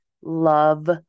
love